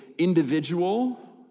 individual